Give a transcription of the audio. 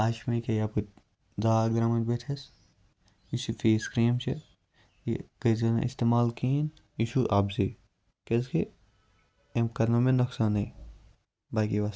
آز چھِ مےٚ یکیاہ یَپٲرۍ داغ درٛامٕتۍ بٕتھِس یُس یہِ فیس کریٖم چھِ یہِ کٔرزیٚو نہٕ اِستعمال کِہیٖنۍ یہِ چھُ اَپزٕے کیازِ کہِ امہِ کَرنو مےٚ نۄقصانٕے باقٕے وَسَلام